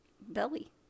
belly